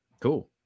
Cool